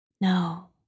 No